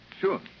sure